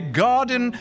garden